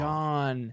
John